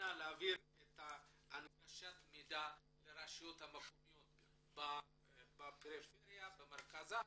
אנא להעביר את הנגשת המידע לרשויות המקומיות בפריפריה וגם במרכז הארץ.